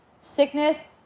sickness